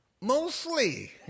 Mostly